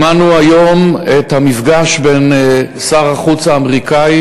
שמענו היום על המפגש בין שר החוץ האמריקני